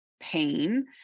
pain